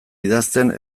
idazten